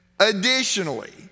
Additionally